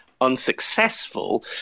unsuccessful